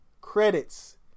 credits